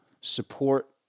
support